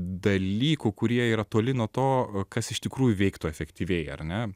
dalykų kurie yra toli nuo to kas iš tikrųjų veiktų efektyviai ar ne